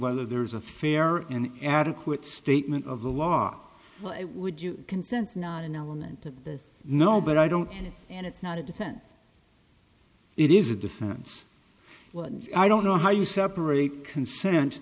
whether there's a fair and adequate statement of the law would you consent not an element of this no but i don't have it and it's not a defense it is a defense i don't know how you separate consent